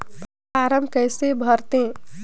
Form कइसे भरते?